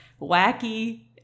wacky